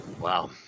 wow